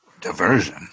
Diversion